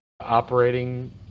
operating